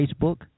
Facebook